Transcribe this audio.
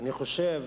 אני חושב